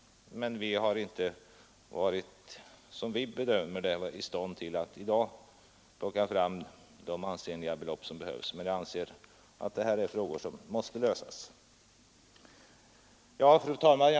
Men vi har bedömt saken så att vi i dag inte är i stånd att plocka fram de ansenliga belopp som behövs i de olika fallen. Det är emellertid frågor som måste lösas. Fru talman!